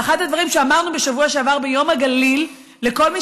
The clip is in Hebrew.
ואחד הדברים שאמרנו בשבוע שעבר ביום הגליל לכל מי